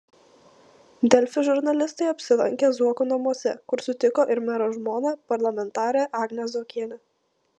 delfi žurnalistai apsilankė zuokų namuose kur sutiko ir mero žmoną parlamentarę agnę zuokienę